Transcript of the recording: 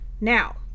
Now